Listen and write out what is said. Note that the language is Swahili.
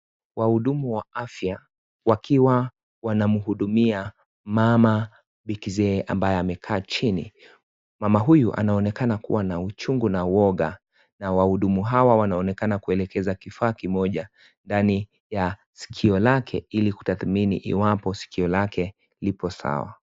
Wahudumu wa afya wakiwa wanamhudumia mama bikizee ambaye amekaa chini ,mama huyu anaonaekana kuwa na uchungu na uoga na wahadumu hawa wanaonekana kueleza kifaa kimoja ndani ya sikio lake ili kutathmini iwapo sikio lake lipo sawa.